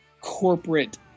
corporate